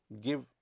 give